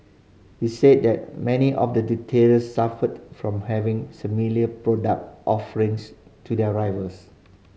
he said that many of the retailers suffered from having similar product offerings to their rivals